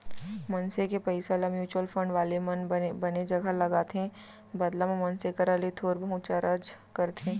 मनसे के पइसा ल म्युचुअल फंड वाले मन बने जघा लगाथे बदला म मनसे करा ले थोर बहुत चारज करथे